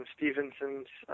Stevenson's